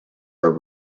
are